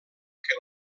que